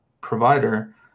provider